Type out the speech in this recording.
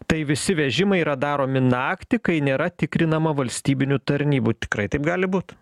tai visi vežimai yra daromi naktį kai nėra tikrinama valstybinių tarnybų tikrai taip gali būt